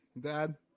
dad